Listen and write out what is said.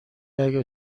اگه